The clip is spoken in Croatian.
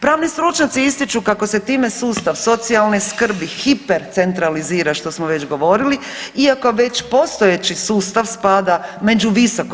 Pravni stručnjaci ističu kako se time sustav socijalne skrbi hiper centralizira, što smo već govorili iako već postojeći sustav spada među visoko